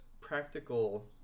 practical